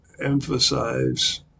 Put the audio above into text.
emphasize